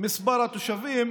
מספר התושבים,